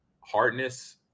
hardness